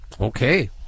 Okay